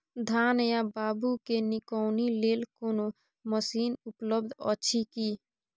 धान या बाबू के निकौनी लेल कोनो मसीन उपलब्ध अछि की?